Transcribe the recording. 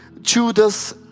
Judas